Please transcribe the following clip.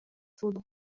trudu